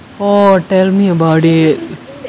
oh tell me about it